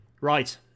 Right